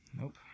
nope